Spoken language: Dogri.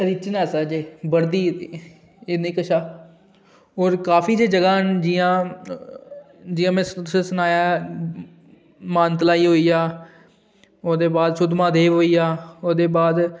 कल्चर ऐसा जो बढ़दी एह्दे कशा होर काफी जे जगहां न जियां जियां में तुसेंगी सनाया कि मानतलाई होइया ओह्दे बाद सुद्धमहादेव होइया ओह्दे बाद